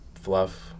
fluff